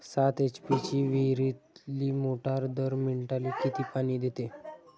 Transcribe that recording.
सात एच.पी ची विहिरीतली मोटार दर मिनटाले किती पानी देते?